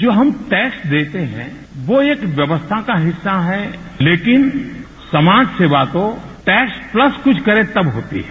जो हम टैक्स देते हैं वो एक व्यवस्था का हिस्सा है लेकिन समाज सेवा तो टैक्स प्लस कुछ करे तब होती है